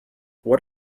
what